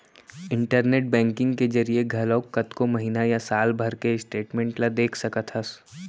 internet banking के जरिए घलौक कतको महिना या साल भर के स्टेटमेंट ल देख सकत हस